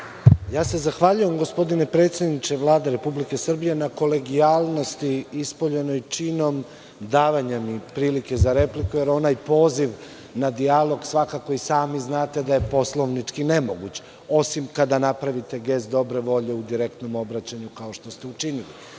Zahvaljujem se gospodine predsedniče Vlade Republike Srbije na kolegijalnosti ispoljenoj činom davanjem mi prilike za repliku, jer onaj poziv na dijalog svakako i sami znate da je poslovnički nemoguć, osim kada napravite gest dobre volje u direktnom obraćanju, kao što ste učinili. Uopšte